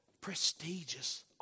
prestigious